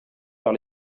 par